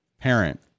parent